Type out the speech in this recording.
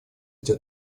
эти